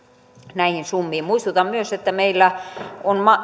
näihin summiin muistutan myös että meillä on